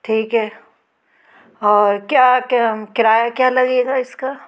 ठीक है और क्या कि किराया क्या लगेगा इसका